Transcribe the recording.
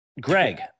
greg